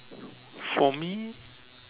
for me